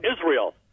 Israel